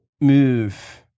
move